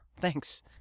Thanks